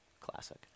Classic